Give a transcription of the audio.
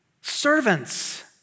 servants